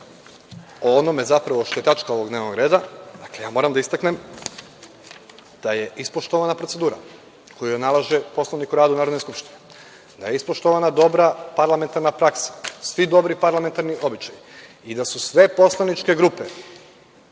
o onome, zapravo što je tačka ovog dnevnog reda, dakle, moram da istaknem da je ispoštovana procedura koju nalaže Poslovnik o radu Narodne skupštine, da je ispoštovana dobra parlamentarna praksa, svi dobri parlamentarni običaji i da su sve poslaničke grupe